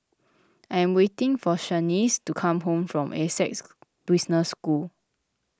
I am waiting for Shaniece to come home from Essec Business School